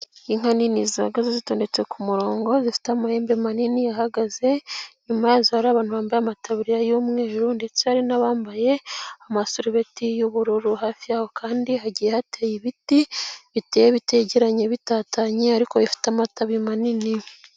Inka nini zihagaze zitondetse ku murongo, zifite amahembe manini ahagaze, inyuma yazo hari abantu bambaye amataburiya y'umweru ndetse hari n'abambaye amasarubeti y'ubururu, hafi y'aho kandi hagiye hateye ibiti, biteye bitegeranye bitatanye ariko bifite amatabi manini.